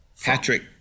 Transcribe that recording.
Patrick